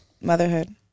Motherhood